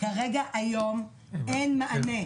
כרגע היום אין מענה.